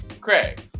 Craig